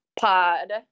pod